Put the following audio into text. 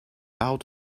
out